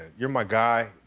you're my guy,